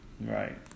Right